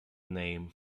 name